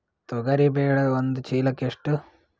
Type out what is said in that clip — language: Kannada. ತೊಗರಿ ಬೇಳೆ ಒಂದು ಚೀಲಕ ಎಷ್ಟು?